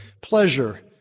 pleasure